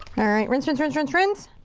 alright, rinse, rinse, rinse, rinse, rinse.